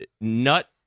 nut